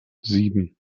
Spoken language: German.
sieben